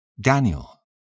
Daniel